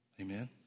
Amen